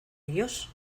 ellos